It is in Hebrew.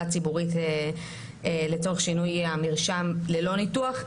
ציבורית לצורך שינוי המרשם ללא ניתוח,